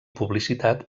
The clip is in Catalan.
publicitat